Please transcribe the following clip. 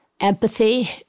empathy